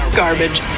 garbage